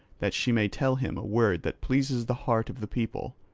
that she may tell him a word that pleases the heart of the people,